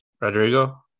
Rodrigo